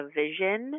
vision